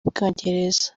bwongereza